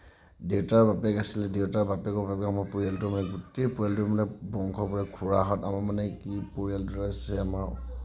দেউতাৰ বাপেক আছিলে দেউতাৰ বাপেক আমাৰ পৰিয়ালটোৰ মানে গোটেই পৰিয়ালটোৰ মানে বংশ পৰিয়ালৰ খুৰাহঁত আমাৰ মানে কি পৰিয়ালটোত আছে আমাৰ